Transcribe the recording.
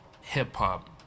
Hip-hop